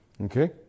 Okay